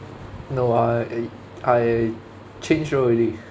no I I I change role already